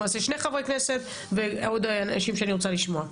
אנחנו נעשה שני חברי כנסת ועוד אנשים שאני רוצה לשמוע.